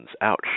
ouch